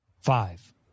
Five